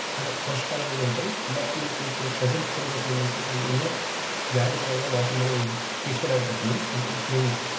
అదే పోషకాలు అనేది ఉంటాయి బట్ మనకు ఇప్పుడు ప్రజెంట్ జనరేషన్ ఏంటంటే దాన్ని ఎన్నో వ్యాధుల వల్ల వాటిని మనం తీసుకోలేకపోతున్నాము అంటే ఇట్ మీన్స్